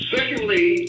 Secondly